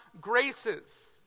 graces